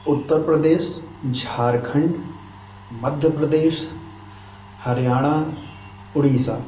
Uttar Pradesh Jharkhand Madhya Pradesh Haryana Orissa